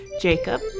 Jacob